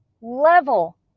level